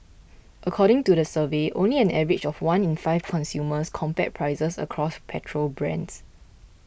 according to the survey only an average of one in five consumers compared prices across petrol brands